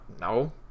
no